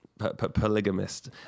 polygamist